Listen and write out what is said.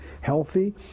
healthy